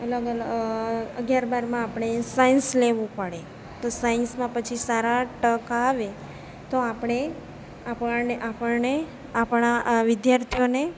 અલગ અલગ અગિયાર બારમાં આપણે સાયન્સ લેવું પડે તો સાયન્સમાં આપણે પછી સારા ટકા આવે તો આપણે આપણને આપણા વિદ્યાર્થીઓને